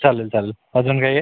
चालेल चालेल अजून काही आहे